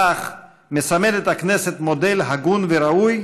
בכך מסמנת הכנסת מודל הגון וראוי,